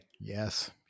yes